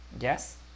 Yes